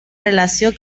relació